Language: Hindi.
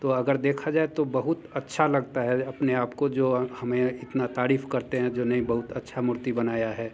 तो अगर देखा जाए तो बहुत अच्छा लगता है अपने आप को जो हमें इतनी तारीफ़ करते हैं जो नहीं बहुत अच्छी मूर्ति बनाई है